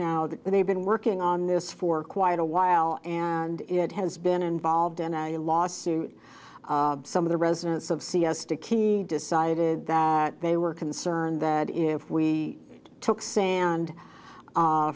now that they've been working on this for quite a while and it has been involved in a lawsuit some of the residents of siesta key decided that they were concerned that if we took sand